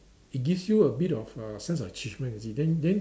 it gives you a bit of uh a sense of achievement you see then then